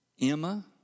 Emma